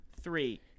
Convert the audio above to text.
three